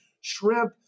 shrimp